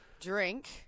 drink